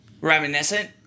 reminiscent